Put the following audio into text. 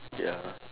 ya